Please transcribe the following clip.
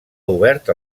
obert